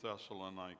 Thessalonica